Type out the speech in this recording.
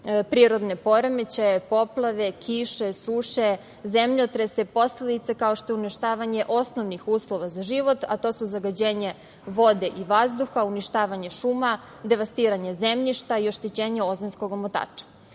prirodne poremećaje, poplave, kiše, suše, zemljotrese, posledice kao što je uništavanje osnovnih uslova za život, a to su zagađenje vode i vazduha, uništavanje šuma, devastiranje zemljišta i oštećenje ozonskog omotača.